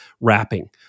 wrapping